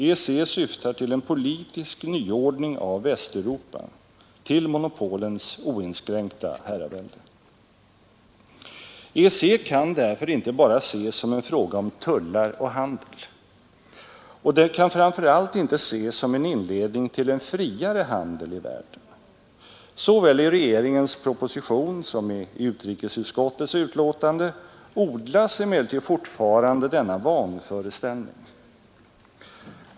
EEC syftar till en politisk nyordning av Västeuropa — till monopolens oinskränkta herravälde EEC kan därför inte bara ses som en fråga om tullar och handel. Och det kan framför allt inte ses som en inledning till en friare handel i 65 världen. Såväl i regeringens proposition som i utrikesutskottets betänkande odlas emellertid fortfarande denna vanföreställning.